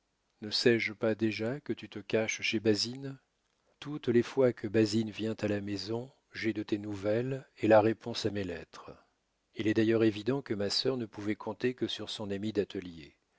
ne sais-je pas déjà que tu te caches chez basine toutes les fois que basine vient à la maison j'ai de tes nouvelles et la réponse à mes lettres il est d'ailleurs évident que ma sœur ne pouvait compter que sur son amie d'atelier